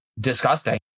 disgusting